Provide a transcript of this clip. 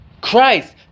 Christ